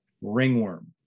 ringworm